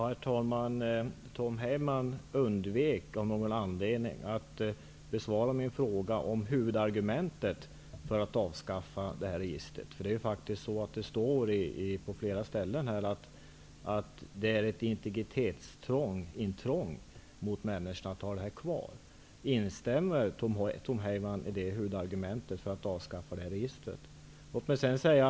Herr talman! Tom Heyman undvek av någon anledning att besvara min fråga om huvudargumentet för att avskaffa fritidsbåtsregistret. Det står faktiskt på flera ställen att det innebär ett integritetsintrång för människorna att registret finns kvar. Instämmer Tom Heyman i det huvudargumentet för ett avskaffande av fritidsbåtsregistret?